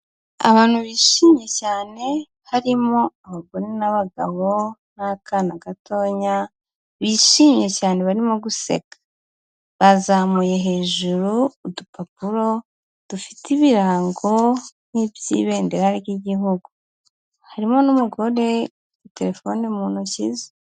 Abantu bishimye cyane harimo abagore n'abagabo n'akana gatonya bishimye cyane barimo guseka, bazamuye hejuru udupapuro dufite ibirango nk'iby'ibendera ry'igihugu harimo n'umugore, telefone mu ntoki ze.